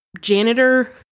janitor